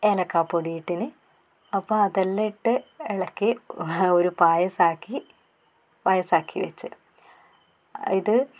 ഏലക്കാ പൊടി ഇട്ടിന് അപ്പോൾ അതെല്ലാം ഇട്ട് ഇളക്കി ഒരു പായസമാക്കി പായസമാക്കി വെച്ച് ഇത്